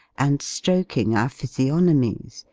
and stroking our physiognomies,